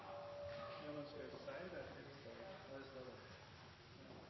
er lagring på havbunnen, og det er